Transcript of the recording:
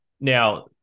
Now